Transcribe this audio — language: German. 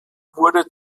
wurde